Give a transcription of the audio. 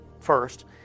First